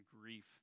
grief